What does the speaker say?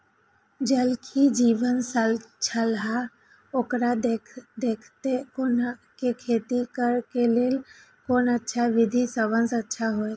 ज़ल ही जीवन छलाह ओकरा देखैत कोना के खेती करे के लेल कोन अच्छा विधि सबसँ अच्छा होयत?